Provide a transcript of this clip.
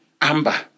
amber